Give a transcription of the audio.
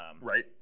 Right